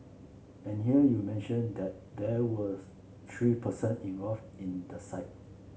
and here you mention that there were three person involved in the site